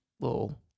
little